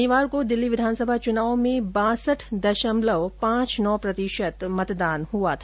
शनिवार को दिल्ली विधानसभा चुनाव में बांसठ दशमलव पांच नौ प्रतिशत मतदान हुआ था